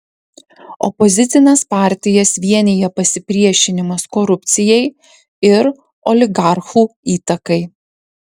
opozicines partijas vienija pasipriešinimas korupcijai ir oligarchų įtakai